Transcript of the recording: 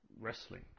wrestling